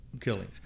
killings